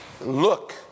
look